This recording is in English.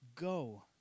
Go